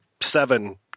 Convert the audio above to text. seven